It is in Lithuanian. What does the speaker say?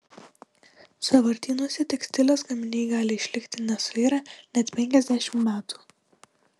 sąvartynuose tekstilės gaminiai gali išlikti nesuirę net penkiasdešimt metų